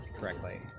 correctly